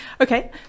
okay